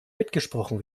mitgesprochen